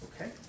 Okay